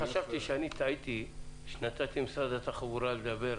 חשבתי שטעיתי שנתתי למשרד התחבורה לדבר.